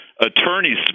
attorney's